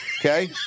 Okay